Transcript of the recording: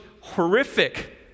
horrific